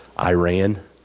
Iran